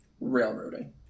railroading